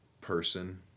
person